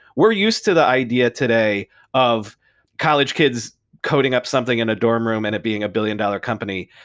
we're used to the idea today of college kids coding up something in a dorm room and it being a billion-dollar company.